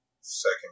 second